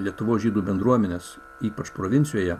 lietuvos žydų bendruomenes ypač provincijoje